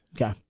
Okay